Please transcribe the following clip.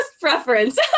preference